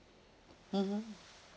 mmhmm